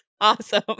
Awesome